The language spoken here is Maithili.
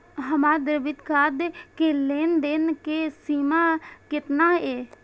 हमार डेबिट कार्ड के लेन देन के सीमा केतना ये?